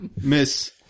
Miss